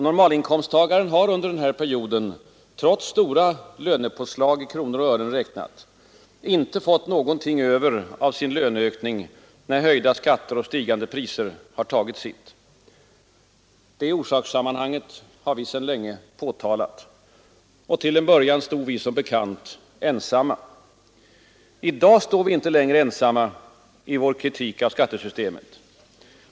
Normalinkomsttagaren har under den här perioden — trots stora lönepåslag i kronor och ören räknat — inte fått någonting över av sin löneökning, när höjda skatter och stigande priser har tagit sitt. Detta orsakssammanhang har vi sedan länge påtalat, och till en början stod vi som bekant ensamma. I dag står vi inte längre ensamma i vår kritik av skattesystemet.